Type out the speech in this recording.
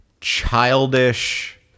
childish